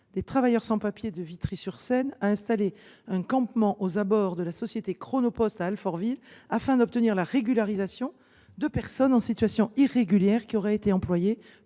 des travailleurs sans papiers de Vitry sur Seine a installé un campement aux abords de la société Chronopost, à Alfortville, afin d’obtenir la régularisation de personnes en situation irrégulière qui auraient été employées